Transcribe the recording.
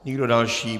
Nikdo další.